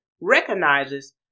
recognizes